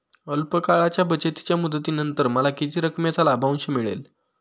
अल्प काळाच्या बचतीच्या मुदतीनंतर मला किती रकमेचा लाभांश मिळेल?